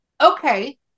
okay